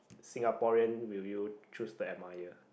Singaporean will you choose to admire